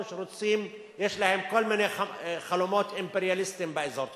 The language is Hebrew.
שיש להם כל מיני חלומות אימפריאליסטיים באזור.